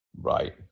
Right